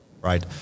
right